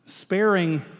Sparing